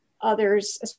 others